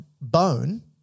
bone